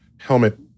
helmet